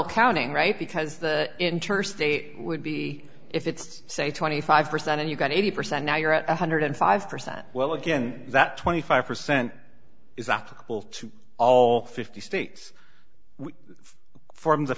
double counting right because the inter state would be if it's say twenty five percent and you got eighty percent now you're at one hundred and five percent well again that twenty five percent is applicable to all fifty states forms